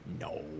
No